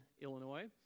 illinois